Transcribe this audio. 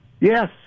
yes